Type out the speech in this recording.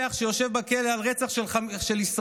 רוצח שיושב בכלא על רצח של ישראלים